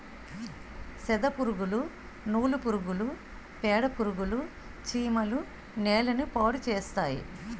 సెదపురుగులు నూలు పురుగులు పేడపురుగులు చీమలు నేలని పాడుచేస్తాయి